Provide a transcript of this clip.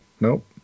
Nope